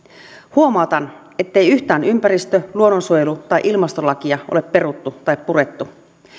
huomautan ettei yhtään ympäristö luonnonsuojelu tai ilmastolakia ole peruttu tai purettu